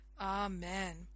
Amen